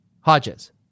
hodges